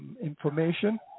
information